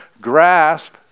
grasp